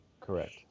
Correct